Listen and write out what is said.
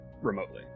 remotely